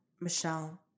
Michelle